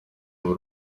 bari